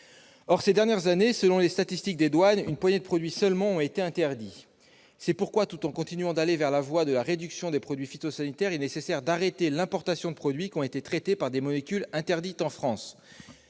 Or, ces dernières années, selon les statistiques des douanes, seulement une poignée de produits ont été interdits. C'est pourquoi, tout en continuant d'aller dans la voie de la réduction des produits phytosanitaires, il est nécessaire d'arrêter l'importation de produits qui ont été traités par des molécules interdites en France.